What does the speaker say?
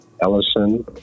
Ellison